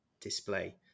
display